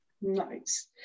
Nice